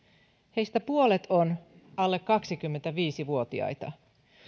heistä puolet on alle kaksikymmentäviisi vuotiaita